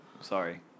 Sorry